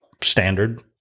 standard